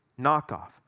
knockoff